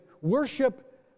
worship